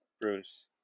Bruce